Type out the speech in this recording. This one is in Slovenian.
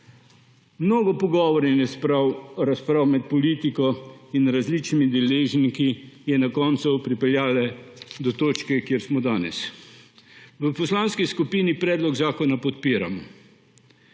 evrov. Mnogo pogovorov in razprav med politiko in različnimi deležniki je na koncu pripeljalo do točke, kjer smo danes. V poslanski skupini predlog zakona podpiramo,